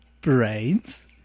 brains